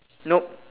nope